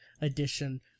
edition